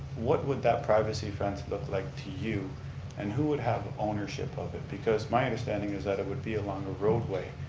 what would that privacy fence look like to you and who would have ownership of it? because my is that it would be along the roadway,